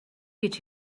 гэж